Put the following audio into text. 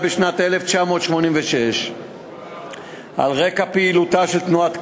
בשנת 1986 על רקע פעילותה של תנועת "כך".